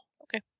Okay